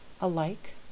alike